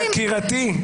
יקירתי.